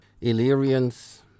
Illyrians